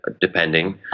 depending